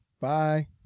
Bye